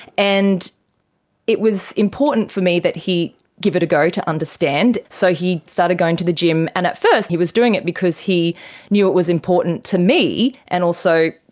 and it was important for me that he give it a go, to understand, so he started going to the gym and at first he was doing it because he knew it was important to me and also,